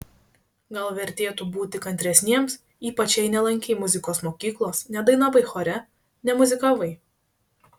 gal vertėtų būti kantresniems ypač jei nelankei muzikos mokyklos nedainavai chore nemuzikavai